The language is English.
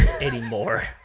Anymore